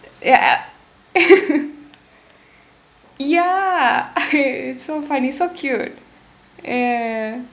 ya I ya it's so funny so cute ya ya ya